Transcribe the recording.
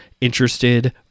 interested